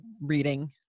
reading